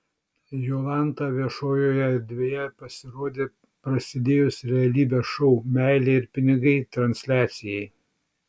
jolanta viešojoje erdvėje pasirodė prasidėjus realybės šou meilė ir pinigai transliacijai